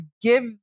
give